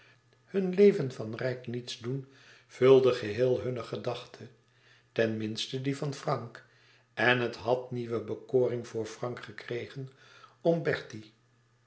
hun leven van rijk niets doen vulde geheel hunne gedachte ten minste die van frank en het had nieuwe bekoring voor frank gekregen om bertie